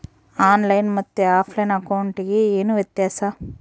On line ಮತ್ತೆ offline ಅಕೌಂಟಿಗೆ ಏನು ವ್ಯತ್ಯಾಸ?